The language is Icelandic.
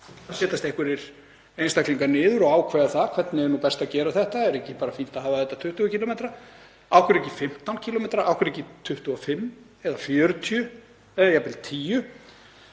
Það setjast einhverjir einstaklingar niður og ákveða hvernig er best að gera þetta: Er ekki bara fínt að hafa þetta 20 km? Af hverju ekki 15 km? Af hverju ekki 25 eða 40 eða jafnvel 10?